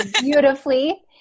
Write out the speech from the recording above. Beautifully